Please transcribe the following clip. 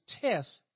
tests